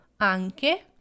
anche